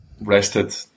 rested